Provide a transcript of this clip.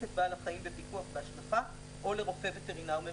את בעל החיים בפיקוח והשגחה או לרופא וטרינר ממשלתי.